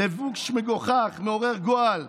לבוש מגוחך, מעורר גועל.